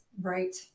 Right